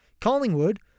Collingwood